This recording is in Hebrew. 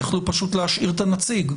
יכלו פשוט להשאיר את הנציג.